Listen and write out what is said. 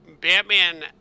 Batman